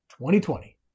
2020